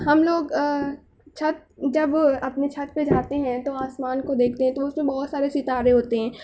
ہم لوگ چھت جب اپنی چھت پہ جاتے ہیں تو آسمان کو دیکھتے ہیں تو اس میں بہت سارے ستارے ہوتے ہیں